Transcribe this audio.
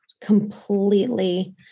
completely